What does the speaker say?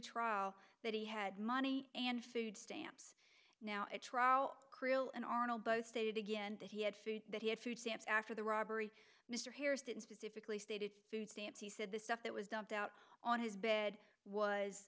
pretrial that he had money and food stamps now it's cruel and arnold both stated again that he had food that he had food stamps after the robbery mr harris didn't specifically stated food stamps he said the stuff that was dumped out on his bed was